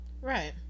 Right